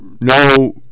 No